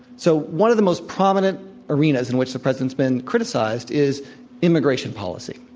so one of the most prominent arenas in which the president's been criticized is immigration policy.